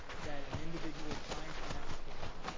that an individual applying for an application